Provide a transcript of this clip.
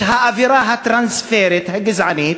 את האווירה הטרנספרית הגזענית.